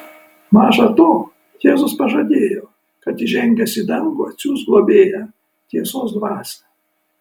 maža to jėzus pažadėjo kad įžengęs į dangų atsiųs globėją tiesos dvasią